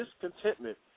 discontentment